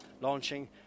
launching